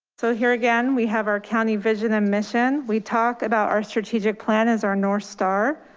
so here again, we have our county vision and mission. we talk about our strategic plan is our north star.